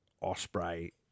Osprey